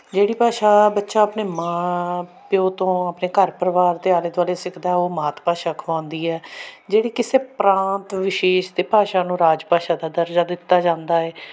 ਜਿਹੜੀ ਭਾਸ਼ਾ ਬੱਚਾ ਆਪਣੇ ਮਾਂ ਪਿਓ ਤੋਂ ਆਪਣੇ ਘਰ ਪਰਿਵਾਰ ਦੇ ਆਲੇ ਦੁਆਲੇ ਸਿੱਖਦਾ ਉਹ ਮਾਤ ਭਾਸ਼ਾ ਅਖਵਾਉਂਦੀ ਹੈ ਜਿਹੜੀ ਕਿਸੇ ਪ੍ਰਾਂਤ ਵਿਸ਼ੇਸ਼ ਤੇ ਭਾਸ਼ਾ ਨੂੰ ਰਾਜ ਭਾਸ਼ਾ ਦਾ ਦਰਜਾ ਦਿੱਤਾ ਜਾਂਦਾ ਹੈ